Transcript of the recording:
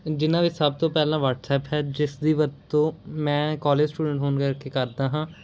ਜਿਹਨਾਂ ਵਿੱਚ ਸਭ ਤੋਂ ਪਹਿਲਾਂ ਵਟਸਐਪ ਹੈ ਜਿਸ ਦੀ ਵਰਤੋਂ ਮੈਂ ਕਾਲਜ ਸਟੂਡੈਂਟ ਹੋਣ ਕਰਕੇ ਕਰਦਾ ਹਾਂ